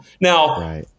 Now